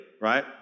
right